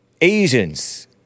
Asians